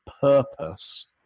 purpose